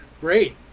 Great